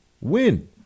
win